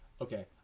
okay